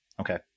Okay